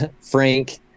Frank